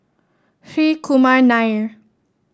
Hri Kumar Nair